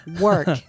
Work